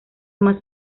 más